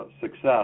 success